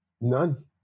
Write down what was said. None